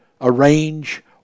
arrange